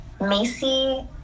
Macy